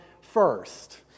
first